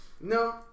no